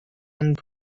and